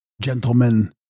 Gentlemen